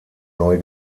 neu